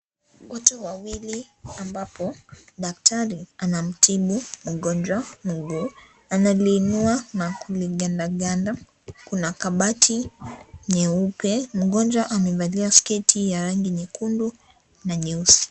Watu wawili ambapo, daktari anamtibu mgonjwa mguu. Analiinua na kuligandaganda. Kuna kabati nyeupe. Mgonjwa amevalia sketi ya rangi nyekundu na nyeusi.